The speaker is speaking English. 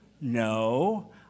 No